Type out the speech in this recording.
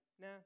nah